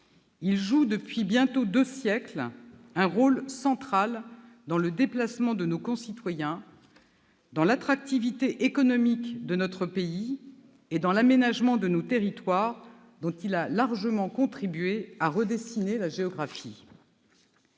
Il joue, depuis bientôt deux siècles, un rôle central dans les déplacements de nos concitoyens, dans l'attractivité économique de notre pays et dans l'aménagement de nos territoires, dont il a largement contribué à redessiner la géographie.